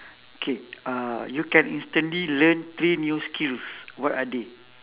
K uh you can instantly learn three new skills what are they